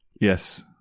Yes